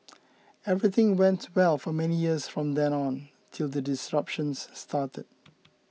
everything went well for many years from then on till the disruptions started